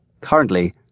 Currently